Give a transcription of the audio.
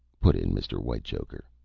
put in mr. whitechoker.